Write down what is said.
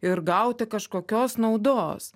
ir gauti kažkokios naudos